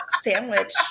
sandwich